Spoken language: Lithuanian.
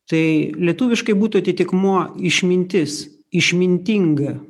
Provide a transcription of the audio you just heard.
tai lietuviškai būtų atitikmuo išmintis išmintinga